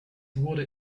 wurde